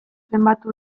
zenbatu